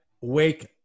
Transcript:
Wake